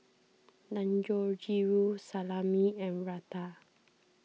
Dangojiru Salami and Raita